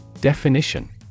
Definition